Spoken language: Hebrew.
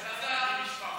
אני מספר תשע.